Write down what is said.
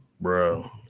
Bro